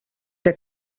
que